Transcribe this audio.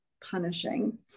punishing